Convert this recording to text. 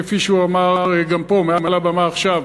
כפי שהוא אמר גם פה מעל הבמה עכשיו,